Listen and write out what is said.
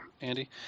Andy